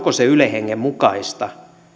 onko se ylen hengen mukaista